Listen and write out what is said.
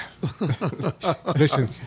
Listen